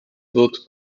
wird